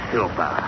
Silva